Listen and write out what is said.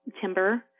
timber